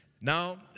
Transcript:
Now